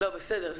בסדר,